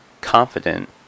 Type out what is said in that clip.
confident